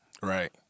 Right